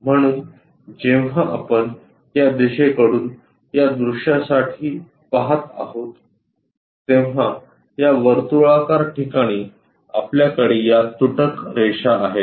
म्हणून जेव्हा आपण या दिशेकडून या दृश्यासाठी पहात आहोत तेव्हा या वर्तुळाकार ठिकाणी आपल्याकडे या तुटक रेषा आहेत